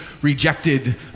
rejected